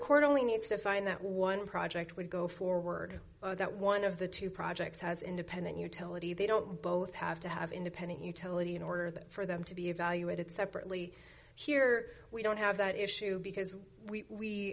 court only needs to find that one project would go forward that one of the two projects has independent utility they don't both have to have independent utility in order that for them to be evaluated separately here we don't have that issue because we